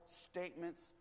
statements